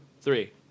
three